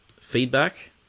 feedback